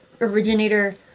originator